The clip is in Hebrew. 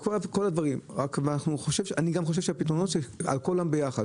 אני חושב שהפתרונות על כולם ביחד.